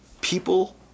people